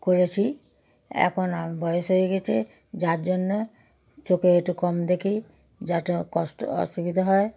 করেছি এখন আমি বয়স হয়ে গিয়েছে যার জন্য চোখে একটু কম দেখি যার কষ্ট অসুবিধে হয়